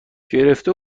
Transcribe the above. گرفته